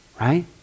right